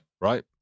Right